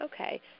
Okay